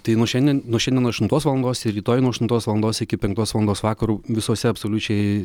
tai nuo šiandien nuo šiandien aštuntos valandos ir rytoj nuo aštuntos valandos iki penktos valandos vakaro visose absoliučiai